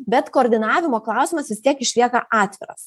bet koordinavimo klausimas vis tiek išlieka atviras